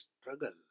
struggle